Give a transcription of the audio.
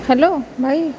hello ଭାଈ